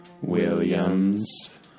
Williams